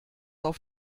auf